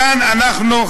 כאן אנחנו,